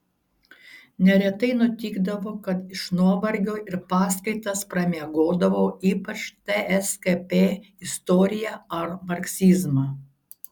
neretai nutikdavo kad iš nuovargio ir paskaitas pramiegodavau ypač tskp istoriją ar marksizmą